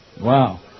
Wow